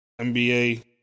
NBA